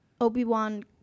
Obi-Wan